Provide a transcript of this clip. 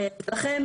לכן,